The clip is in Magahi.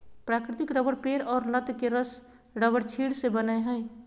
प्राकृतिक रबर पेड़ और लत के रस रबरक्षीर से बनय हइ